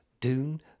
Dune